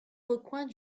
recoins